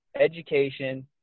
education